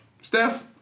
Steph